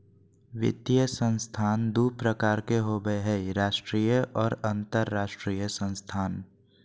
वित्तीय संस्थान दू प्रकार के होबय हय राष्ट्रीय आर अंतरराष्ट्रीय संस्थान